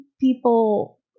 people